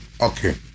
Okay